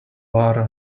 lara